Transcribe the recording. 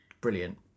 brilliant